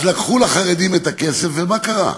אז לקחו לחרדים את הכסף, ומה קרה?